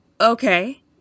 Okay